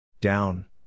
Down